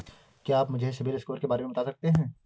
क्या आप मुझे सिबिल स्कोर के बारे में बता सकते हैं?